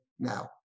now